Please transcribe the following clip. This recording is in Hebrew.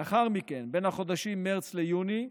לאחר מכן, בין החודשים מרץ ליוני,